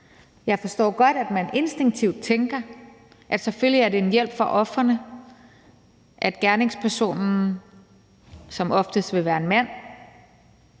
Jeg forstår godt, at man instinktivt tænker, at selvfølgelig er det en hjælp for ofrene, at gerningspersonen, som oftest vil være en mand,